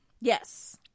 Yes